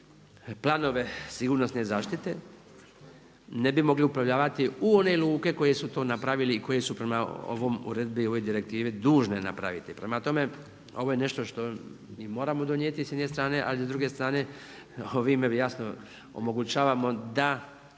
planove sigurnosne zaštite, ne bi mogli uplovljavati u one luke koje su to napravili i koje su prema ovoj uredbi, ovoj direktivi dužne napraviti. Prema tome, ovo je nešto što mi moramo donijeti sa jedne strane, ali s druge strane ovime jasno omogućavamo da